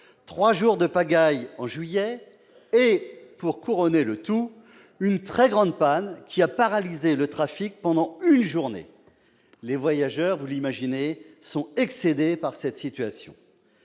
trois jours de pagaille en juillet dernier et, pour couronner le tout, une très grande panne, qui a paralysé le trafic pendant une journée ! Les voyageurs, vous l'imaginez, sont excédés par cette situation.